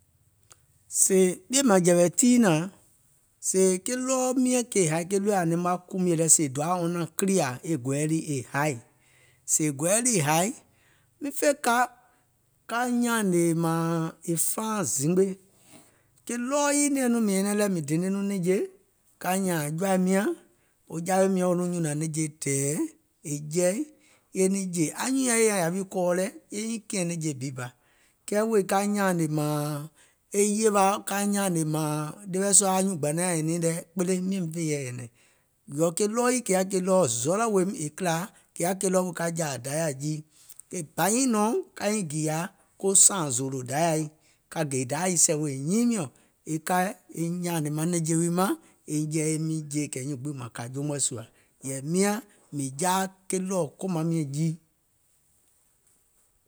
Sèè e ɓìèmȧŋjɛ̀wɛ̀ tii naȧŋ, sèè ke ɗɔɔ miɛ̀ŋ ke haì, ke ɗɔɔɛ̀ ȧŋ naim wa kumiè lɛ sèè wɔŋ doaȧ naȧŋ kilià e gɔɛɛ lii e haì, sèè e gɔɛɛ lii e haì, miŋ fè ka ka nyàànè è faaŋ zimgbe, e nɛ̀ɛŋ nɔŋ mìŋ nyɛnɛŋ lɛ̀, mìŋ dene nɔŋ e nɛ̀ŋje ka nyààŋ aŋ jɔ̀ȧim nyàŋ wo jawè miɔ̀ŋ wo nɔŋ nyùnàŋ e nɛ̀ŋje tɛ̀ɛ̀ e jɛi eiŋ niŋ jè, anyùùŋ nyaŋ yè nyaŋ yà wi kɔɔ lɛ̀, e nyiŋ kìɛ̀ŋ nɛ̀ŋje bi bȧ, kɛɛ wèè ka nyàànè mȧȧŋ e yèwa ka nyàànè mȧȧŋ ɗeweɛ̀ sua anyuùŋ gbànaŋ nyàŋ nyɛ̀nɛìŋ lɛ, kpele miȧŋ fè yɛi nyɛ̀nɛ̀ŋ, because ke ɗɔɔ yii kè yaȧ ke ɗɔ̀ɔ̀ zɔlɔ̀ weèim, e kìlà kè yaȧ ke ɗɔɔ wèè ka jȧȧ Dayà jii, ke bȧ nyiŋ nɔ̀ɔŋ ka nyiŋ gììyȧ kò sààŋ zòòlò Dayȧi, ka gè Dayà e sɛ̀ wèè nyiiŋ miɔ̀ŋ, e ka e nyȧȧnè maŋ nɛ̀ŋje wi mȧŋ e jɛi eiŋ miŋ jè, kɛ̀ nyùùŋ gbiŋ maŋ kȧ je mɔ̀ɛ̀ sùȧ, yɛi miȧŋ mìŋ jaa ɗɔ̀ɔ̀ kòmaŋ miɛ̀ŋ jii.